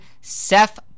Seth